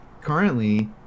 currently